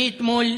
אני אתמול,